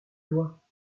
doigts